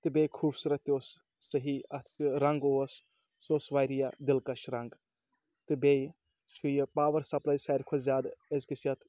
تہٕ بیٚیہِ خوٚبصوٗرت تہِ اوس صحیح اَتھ رنٛگ اوس سُہ اوس واریاہ دِلکَش رنٛگ تہٕ بیٚیہِ چھُ یہِ پاوَر سپلاے ساروٕے کھۄتہٕ زیادٕ أزکِس یَتھ